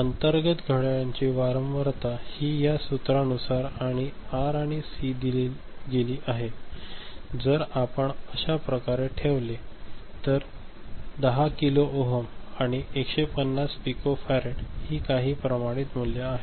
अंतर्गत घड्याळाची वारंवारता हि या सूत्रानुसार आणि आर आणि सी दिली गेली आहे जर आपण अशा प्रकारे ठेवले तर 10 किलो ओहम आणि150 पिको फॅरड ही काही प्रमाणित मूल्य आहेत